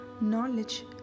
knowledge